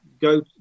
go